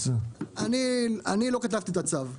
אני לא כתבתי את הצו.